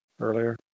earlier